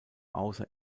außer